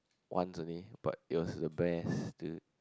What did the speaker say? once only but it was the best dude